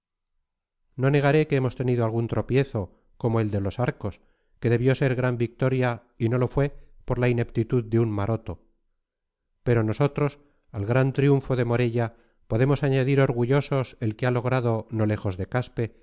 no negaré que hemos tenido algún tropiezo como el de los arcos que debió ser gran victoria y no lo fue por la ineptitud de un maroto pero nosotros al gran triunfo de morella podemos añadir orgullosos el que ha logrado no lejos de caspe